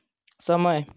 समय